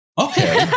Okay